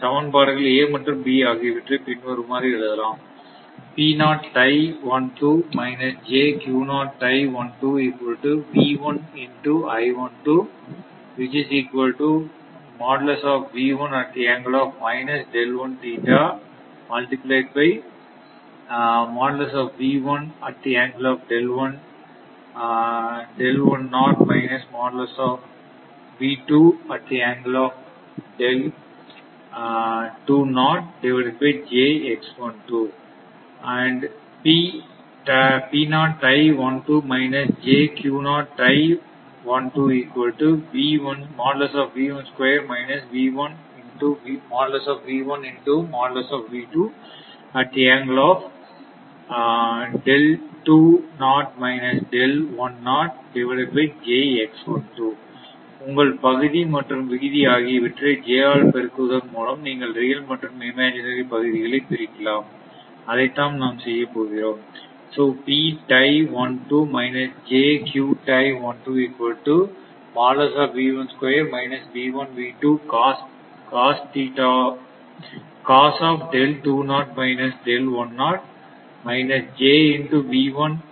சமன்பாடுகள் A மற்றும் B ஆகியவற்றை பின்வருமாறு எழுதலாம் உங்கள் பகுதி மற்றும் விகுதி ஆகியவற்றை j ஆல் பெருக்குவதன் மூலம் நீங்கள் ரியல் மற்றும் இமேஜனரி பகுதிகளை பிரிக்கலாம் அதைத்தான் நாம் செய்யப் போகிறோம்